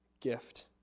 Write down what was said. gift